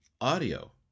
audio